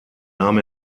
nahm